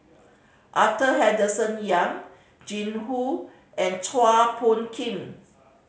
Arthur Henderson Young Jing Hu and Chua Phung Kim